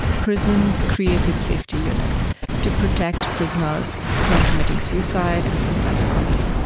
prisons created safety units to protect prisoners from committing suicide and from self-harming.